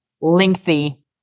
lengthy